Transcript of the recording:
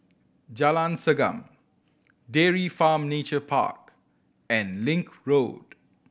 Jalan Segam Dairy Farm Nature Park and Link Road